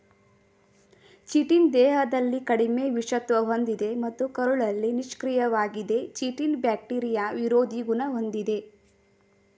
chitin ದೇಹದಲ್ಲಿ ಕಡಿಮೆ ವಿಷತ್ವ ಹೊಂದಿದೆ ಮತ್ತು ಕರುಳಲ್ಲಿ ನಿಷ್ಕ್ರಿಯವಾಗಿದೆ ಚಿಟಿನ್ ಬ್ಯಾಕ್ಟೀರಿಯಾ ವಿರೋಧಿ ಗುಣ ಹೊಂದಿದೆ